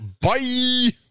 Bye